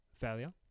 failure